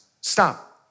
Stop